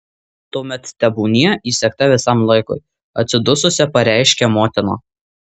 tuomet tebūnie įsegta visam laikui atsidususi pareiškia motina